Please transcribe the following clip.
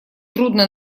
трудно